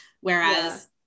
whereas